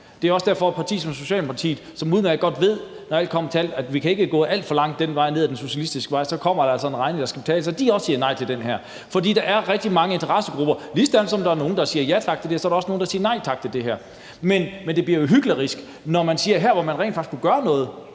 Det er også derfor, at et parti som Socialdemokratiet, som udmærket godt ved, når alt kommer til alt, at vi ikke kan gå alt for langt ned ad den socialistiske vej, for så kommer der en regning, der skal betales, også siger nej til det her. For der er rigtig mange interessegrupper. Ligesom der er nogle, der siger ja tak til det her, er der også nogle, der siger nej tak. Men det bliver jo hyklerisk, når man siger nej dér, hvor man rent faktisk kan gøre noget,